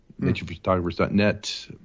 naturephotographers.net